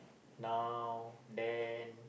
now then